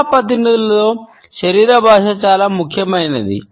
ప్రజా ప్రతినిధులలో శరీర భాష చాలా ముఖ్యమైనది